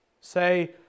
Say